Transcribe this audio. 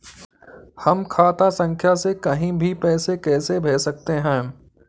हम खाता संख्या से कहीं भी पैसे कैसे भेज सकते हैं?